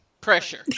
pressure